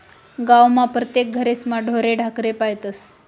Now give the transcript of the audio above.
गावमा परतेक घरेस्मा ढोरे ढाकरे पायतस